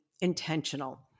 intentional